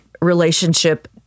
relationship